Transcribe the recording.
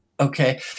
Okay